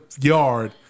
yard